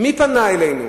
מי פנה אלינו?